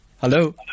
hello